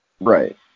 Right